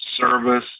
service